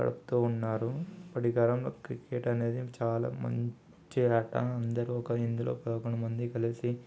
గడుపుతు ఉన్నారు అప్పటి కాలం క్రికెట్ అనేది చాలా మంచి ఆట అందరు ఒక ఇందులో పదకొండు మంది కలిసి